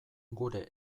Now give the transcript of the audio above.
gure